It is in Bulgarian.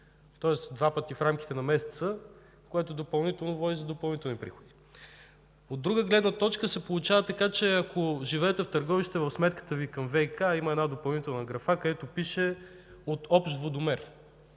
тоест два пъти в рамките на месеца, което допълнително води до допълнителен приход. От друга гледна точка се получава така, че ако живеете в Търговище, в сметката Ви към ВиК има една допълнителна графа, където пише „От общ водомер”